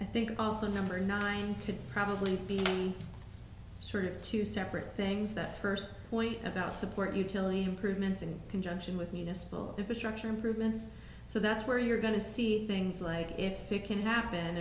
i think also number nine could probably be sort of two separate things that first point about support you till you prove mensing conjunction with municipal structure improvements so that's where you're going to see things like if you can happen